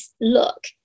look